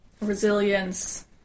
resilience